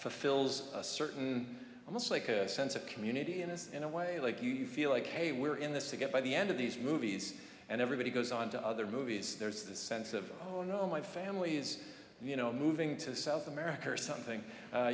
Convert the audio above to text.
fulfills a certain almost like a sense of community and it's in a way like you feel like hey we're in this again by the end of these movies and everybody goes on to other movies there's this sense of oh no my family is you know moving to south america or something